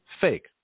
fake